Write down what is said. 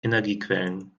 energiequellen